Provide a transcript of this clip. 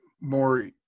more